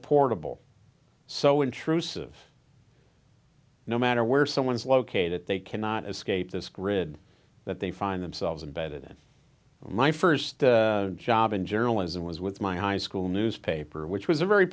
portable so intrusive no matter where someone's located it they cannot escape this grid that they find themselves in better than my first job in journalism was with my high school newspaper which was a very